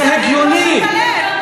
תפיסה אחרת אומרת, חברת הכנסת זנדברג: